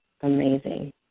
amazing